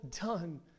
done